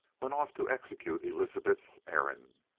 went off to execute elizabeth's errand.